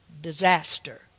disaster